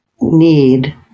need